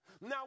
Now